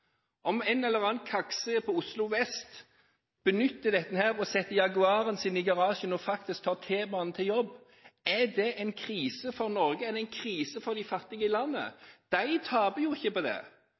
Om en eller annen kakse på Oslo vest benytter seg av dette, setter Jaguaren sin i garasjen og faktisk tar T-banen til jobb, er det en krise for Norge? Er dette en krise for de fattige i landet?